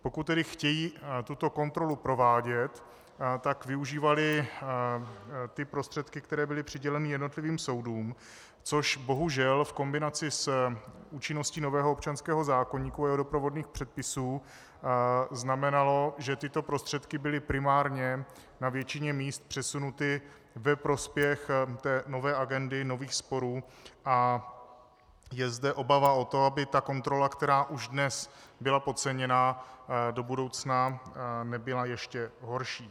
Pokud tedy chtějí tuto kontrolu provádět, tak využívali prostředky, které byly přiděleny jednotlivým soudům, což bohužel v kombinaci s účinností nového občanského zákoníku a jeho doprovodných předpisů znamenalo, že tyto prostředky byly primárně na většině míst přesunuty ve prospěch nové agendy, nových sporů, a je zde obava o to, aby kontrola, která už dnes byla podceněna, do budoucna nebyla ještě horší.